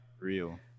real